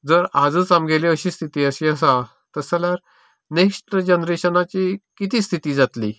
जर आजूच आमगेली अशी स्थिती आसा तशें जाल्यार नेक्स्ट जनरेशनाची कितें स्थिती जातली